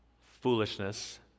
foolishness